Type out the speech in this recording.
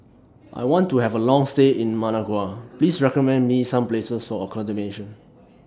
I want to Have A Long stay in Managua Please recommend Me Some Places For accommodation